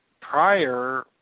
prior